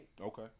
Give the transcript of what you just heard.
Okay